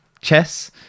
Chess